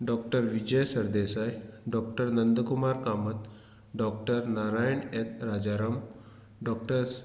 doctor Vijay Sardesai doctor Nandkumar Kamat doctor Narayan Rajaram doctor